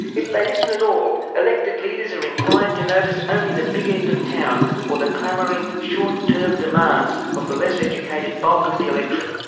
if they listen at all, elected leaders are inclined to notice only the big end of town or the clamouring short term demands of the less educated bulk of the electorate.